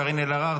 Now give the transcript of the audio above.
קארין אלהרר,